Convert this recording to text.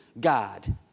God